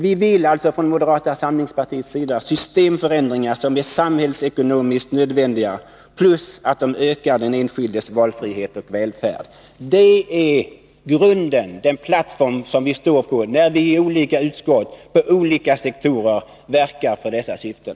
Vi vill alltså från moderata samlingspartiets sida ha systemförändringar som är samhällsekonomiskt nödvändiga, förutom att de ökar den enskildes valfrihet och välfärd. Det är den plattform som vi står på när vi i olika utskott och inom olika sektorer verkar för dessa syften.